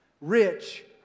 Rich